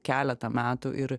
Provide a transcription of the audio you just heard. keletą metų ir